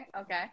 Okay